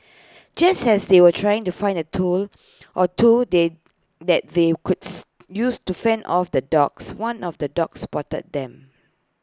just as they were trying to find A tool or two they that they could use to fend off the dogs one of the dogs spotted them